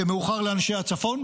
זה מאוחר לאנשי הצפון